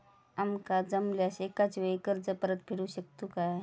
आमका जमल्यास एकाच वेळी कर्ज परत फेडू शकतू काय?